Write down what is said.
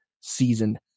season